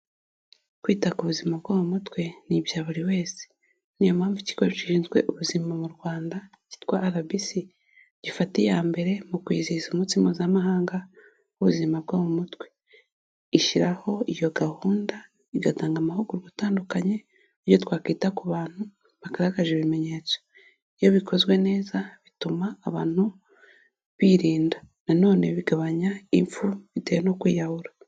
kwita ku buzima bwo mu mutwe ni ibya buri wese niyo mpamvu ikigo gishinzwe ubuzima mu rwanda cyitwara rbc gifata iya mbere mu kwizihiza umunsi mpuzamahanga w'ubuzima bwo mu mutwe ishyiraho iyo gahunda igatanga amahugurwa atandukanye iyo twakwita ku bantu bagaragaje ibimenyetso iyo bikozwe neza bituma abantu birinda na none bigabanya impfu bitewe no kwiyahura.